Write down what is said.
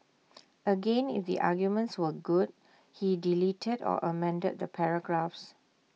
again if the arguments were good he deleted or amended the paragraphs